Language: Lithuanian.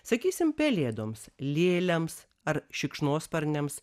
sakysim pelėdoms lėliams ar šikšnosparniams